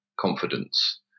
confidence